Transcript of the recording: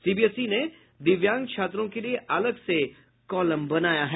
CBSE ने दिव्यांग छात्रों के लिए अलग से कॉलम बनाया है